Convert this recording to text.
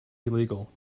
illegal